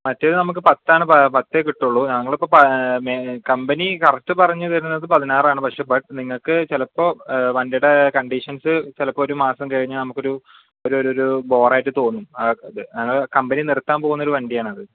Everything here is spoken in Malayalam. മറ്റേത് നമുക്ക് പത്ത് ആണ് പ പത്തേ കിട്ടുകയുള്ളു ഞങ്ങളിപ്പോൾ കമ്പനി കറക്റ്റ് പറഞ്ഞ് തരുന്നത് പതിനാറാണ് പക്ഷെ നിങ്ങൾക്ക് ചിലപ്പോൾ വണ്ടിയുടെ കണ്ടിഷൻസ് ചിലപ്പോൾ ഒരു മാസം കഴിഞ്ഞ് നമുക്കൊരു ഒരു ഒരു ഒരു ബോർ ആയിട്ട് തോന്നും കമ്പനി നിർത്താൻ പോകുന്ന ഒരു വണ്ടിയാണ് അത്